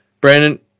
Brandon